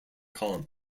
column